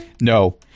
No